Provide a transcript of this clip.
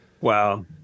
Wow